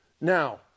Now